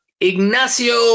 Ignacio